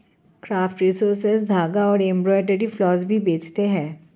craft resources धागा और embroidery floss भी बेचता है